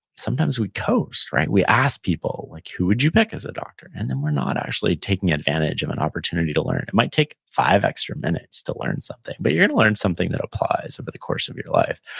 sometimes we coast we ask people, like who would you pick as a doctor? and we're not actually taking advantage of an opportunity to learn. it might take five extra minutes to learn something, but you're gonna learn something that applies over the course of your life.